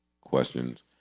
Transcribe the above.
questions